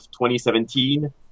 2017